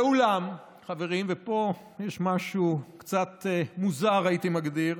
ואולם, חברים, ופה יש משהו קצת מוזר, הייתי מגדיר.